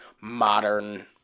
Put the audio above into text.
modern